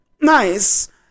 nice